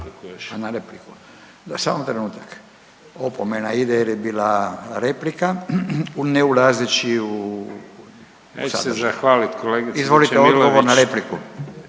(Nezavisni)** Samo trenutak. Opomena ide jer je bila replika, ne ulazeći u sadržaj. Izvolite odgovor na repliku.